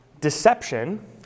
deception